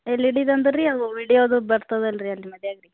L E ಡಿದಂದರೆ ರೀ ಅದು ವಿಡಿಯೋದು ಬರ್ತದಲ್ಲ ರೀ ಅಲ್ಲಿ ಮದಿಯಾಗೆ